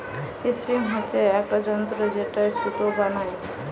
spinning হচ্ছে একটা যন্ত্র যেটায় সুতো বানাই